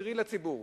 קרי לציבור.